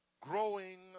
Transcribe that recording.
growing